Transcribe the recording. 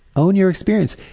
own your experience.